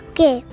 Okay